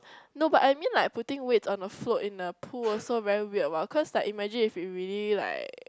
no but I mean like putting weights on a float in the pool also very weird what cause like imagine if it really like